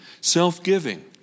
self-giving